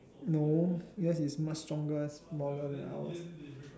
no yours is much stronger smaller than ours